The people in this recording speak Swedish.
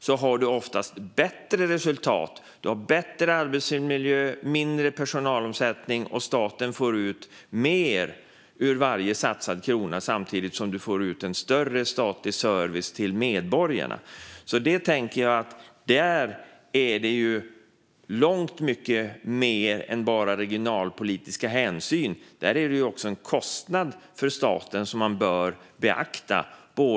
Man får oftast bättre resultat, bättre arbetsmiljö och lägre personalomsättning, och dessutom får staten ut mer ur varje satsad krona samtidigt som man får mer statlig service till medborgarna. Det handlar därför om långt mycket mer än bara regionalpolitiska hänsyn. Det finns också en kostnad för staten som man bör beakta.